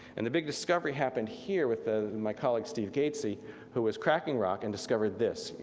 and the big discovery happened here, with the my colleague steve gatesy who was cracking rock and discovered this,